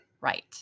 Right